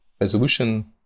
resolution